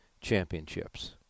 championships